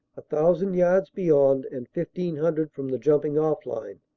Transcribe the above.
a thousand yards beyond and fifteen hundred from the jumping-off line,